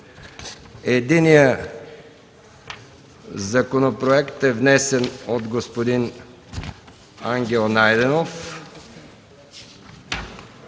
единият законопроект е внесен от господин Ангел Найденов,